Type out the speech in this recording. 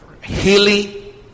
Hilly